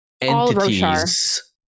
entities